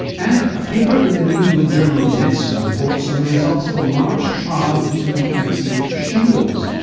and a paper in the new england journal of medicine reports on the results of a large trial into a new vaccine for shingles.